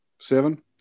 Seven